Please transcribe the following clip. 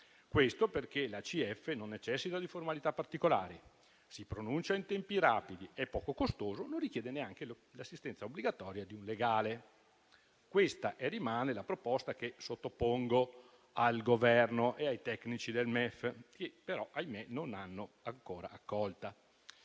questo perché l'ACF non necessita di formalità particolari, si pronuncia in tempi rapidi, è poco costoso e non richiede neanche l'assistenza obbligatoria di un legale. Questa rimane la proposta che sottopongo al Governo e ai tecnici del MEF, che però - ahimè - non l'hanno ancora accolta.